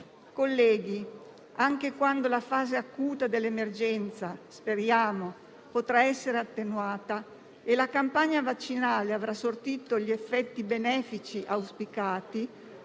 Colleghi, anche quando la fase acuta dell'emergenza - come speriamo - potrà essere attenuata e la campagna vaccinale avrà sortito gli effetti benefici auspicati,